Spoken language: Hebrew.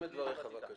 תסכם את דבריך, בבקשה.